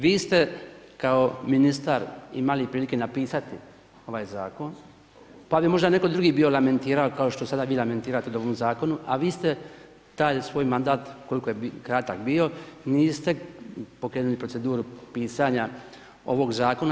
Vi ste kao ministar imali prilike napisati ovaj zakon, pa bi možda netko drugi bio lamentirao kao što sada vi lamentirate u ovom zakonu, a vi ste taj svoj mandat koliko je kratak bio, niste pokrenuli proceduru pisanja ovog zakona.